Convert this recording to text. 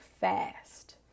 fast